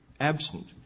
absent